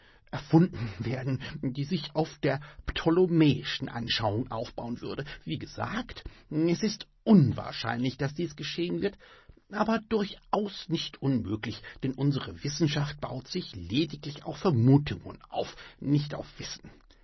erfunden werden die sich auf der ptolomäischen anschauung aufbauen würde wie gesagt es ist unwahrscheinlich daß dies geschehen wird aber durchaus nicht unmöglich denn unsre wissenschaft baut sich lediglich auf vermutungen auf nicht auf wissen